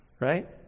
Right